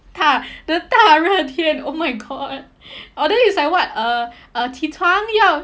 大 the 大热天 oh my god oh then it's like what uh uh 起床要